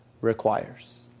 requires